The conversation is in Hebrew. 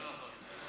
לא נכון.